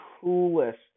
coolest